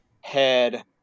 head